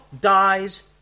dies